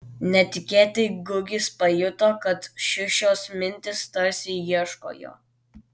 netikėtai gugis pajuto kad šiušos mintys tarsi ieško jo